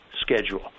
schedule